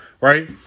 right